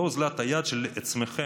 לא אוזלת היד של עצמכם,